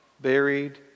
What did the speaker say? buried